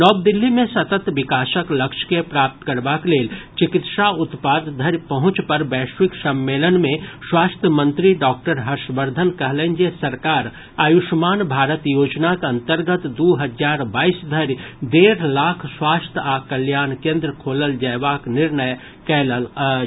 नव दिल्ली मे सतत विकासक लक्ष्य के प्राप्त करबाक लेल चिकित्सा उत्पाद धरि पहुंच पर वैश्विक सम्मेलन मे स्वास्थ्य मंत्री डॉक्टर हर्षवर्धन कहलनि जे सरकार आयुष्मान भारत योजनाक अन्तर्गत दू हजार बाईस धरि डेढ़ लाख स्वास्थ्य आ कल्याण केन्द्र खोलल जयबाक निर्णय कैलक अछि